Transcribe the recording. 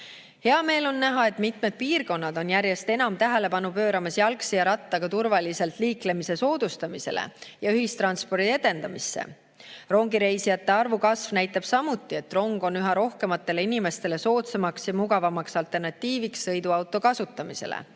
Hea meel on näha, et mitmed piirkonnad on järjest enam tähelepanu pööramas jalgsi ja rattaga turvaliselt liiklemise soodustamisele ja ühistranspordi edendamisele. Rongireisijate arvu kasv näitab, et rong on üha rohkematele inimestele soodsamaks ja mugavamaks alternatiiviks sõiduauto kasutamisele.